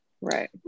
Right